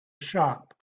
shop